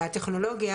בטכנולוגיה,